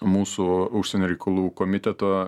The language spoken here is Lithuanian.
mūsų užsienio reikalų komiteto